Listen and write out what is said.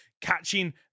Catching